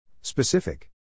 Specific